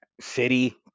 City